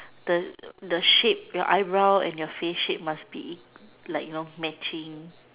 the the shape your eyebrow and your face shape must be like you know matching